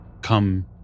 come